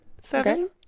Seven